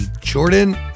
Jordan